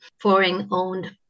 foreign-owned